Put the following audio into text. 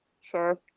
Sure